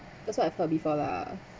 that's what I've heard before lah